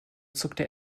zuckte